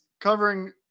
covering